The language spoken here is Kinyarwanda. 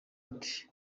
ati